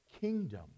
kingdom